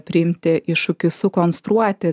priimti iššūkį sukonstruoti